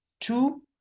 Two